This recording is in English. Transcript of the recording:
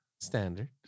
Standard